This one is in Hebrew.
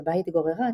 שבה התגוררה,